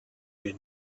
they